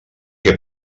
què